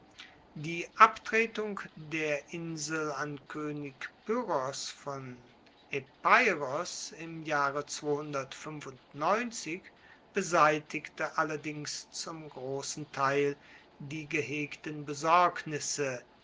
die abtretung der insel an koenig pyrrhos von epeiros im jahre beseitigte allerdings zum grossen teil die gehegten besorgnisse